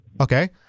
Okay